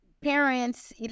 parents